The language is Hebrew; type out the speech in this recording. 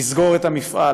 לסגור את המפעל